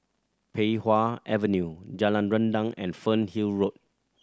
Pei Wah Avenue Jalan Rendang and Fernhill Road